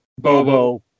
Bobo